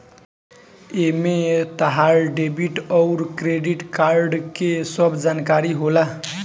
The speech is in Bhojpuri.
एमे तहार डेबिट अउर क्रेडित कार्ड के सब जानकारी होला